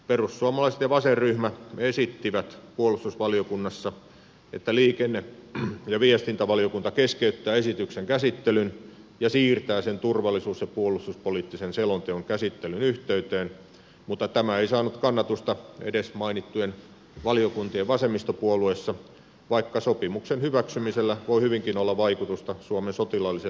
perussuomalaiset ja vasenryhmä esittivät puolustusvaliokunnassa että liikenne ja viestintävaliokunta keskeyttää esityksen käsittelyn ja siirtää sen turvallisuus ja puolustuspoliittisen selonteon käsittelyn yhteyteen mutta tämä ei saanut kannatusta edes mainittujen valiokuntien vasemmistopuolueissa vaikka sopimuksen hyväksymisellä voi hyvinkin olla vaikutusta suomen sotilaallisen liittoutumattomuuden politiikkaan